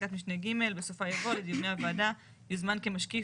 בפסקת משנה ג בסופה יבוא "לדיוני הוועדה יוזמן כמשקיף